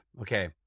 okay